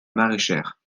maraîchère